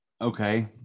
okay